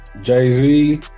Jay-Z